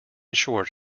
short